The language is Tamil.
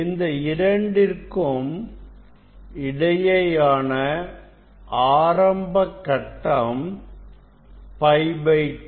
இந்த இரண்டுக்கும் இடையேயான ஆரம்பக் கட்டம் π 2